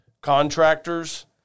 contractors